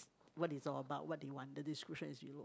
what is all about what do you want the description is below